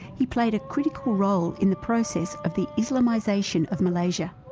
he played a critical role in the process of the islamisation of malaysia.